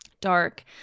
dark